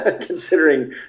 considering